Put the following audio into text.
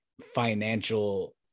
financial